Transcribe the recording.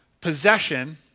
possession